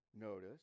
notice